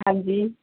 ਹਾਂਜੀ